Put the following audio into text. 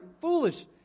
foolish